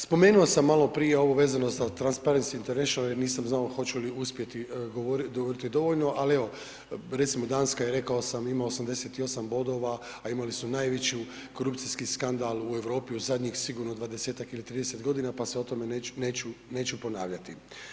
Spomenuo sam maloprije ovo vezano za transparency internacional jer nisam znao hoću li uspjeti govoriti dovoljno, ali evo, recimo danas kad je rekao sam ima 88 bodova, a imali su najveći korupcijski skandal u Europi u zadnjih sigurno 20-tak ili 30 godina, pa se o tome neću ponavljati.